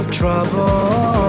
trouble